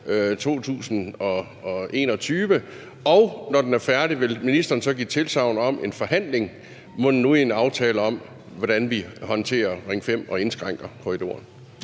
2021? Og når den er færdig, vil ministeren så give tilsagn om en forhandling mundende ud i en aftale om, hvordan vi håndterer Ring 5 og indskrænker korridoren?